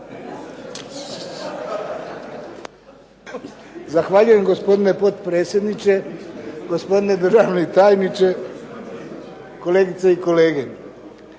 Zahvaljujem gospodine potpredsjedniče, gospodine državni tajniče, kolegice i kolege.